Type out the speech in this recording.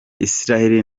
isiraheli